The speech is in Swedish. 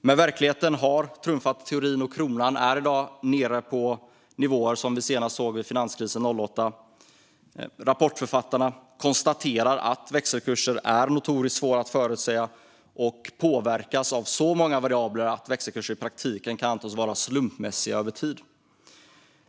Men verkligheten har trumfat teorin, och kronan är i dag nere på nivåer som vi senast såg vid finanskrisen 2008. Rapportförfattarna konstaterar att växelkurser är notoriskt svåra att förutsäga och påverkas av så många variabler att de i praktiken kan antas vara slumpmässiga över tid.